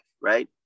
right